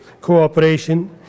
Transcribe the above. cooperation